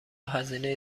هزینه